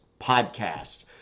podcast